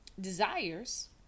Desires